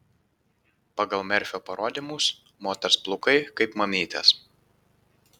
pagal merfio parodymus moters plaukai kaip mamytės